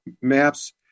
maps